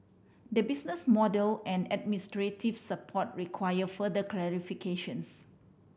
the business model and administrative support require further clarifications